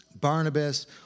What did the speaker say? Barnabas